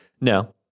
No